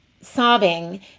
sobbing